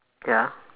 ya